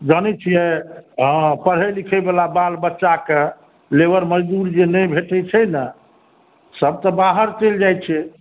जनै छियै पढ़ै लिखै वाला बाल बच्चाके लेबर मजदुर जे नहि भेटै छै ने सभ तऽ बाहर चलि जाइ छै